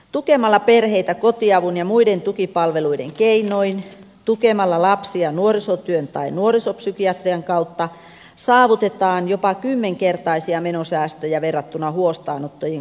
tukemalla perheitä kotiavun ja muiden tukipalveluiden keinoin tukemalla lapsi ja nuorisotyön tai nuorisopsykiatrian kautta saavutetaan jopa kymmenkertaisia menosäästöjä verrattuna huostaanottojen kuluihin